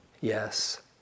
yes